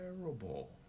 terrible